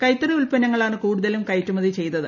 കൈത്തറി ഉത്പന്നങ്ങളാണ് കൂടുതലും കയറ്റുമതി ചെയ്തത്